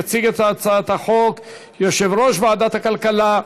יציג את הצעת החוק יושב-ראש ועדת הכלכלה,